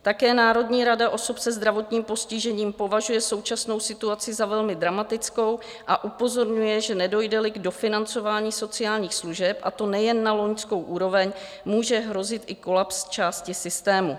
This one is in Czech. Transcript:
Také Národní rada osob se zdravotním postižením považuje současnou situaci za velmi dramatickou a upozorňuje, že nedojdeli k dofinancování sociálních služeb, a to nejen na loňskou úroveň, může hrozit i kolaps části systému.